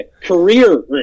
Career